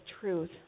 truth